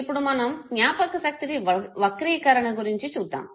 ఇప్పుడు మనము జ్ఞాపకశక్తి వక్రీకరణ గురించి చూద్దాము